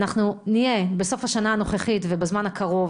שבסוף השנה הנוכחית ובזמן הקרוב